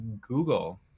Google